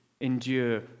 endure